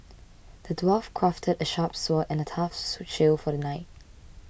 the dwarf crafted a sharp sword and a tough shield for the knight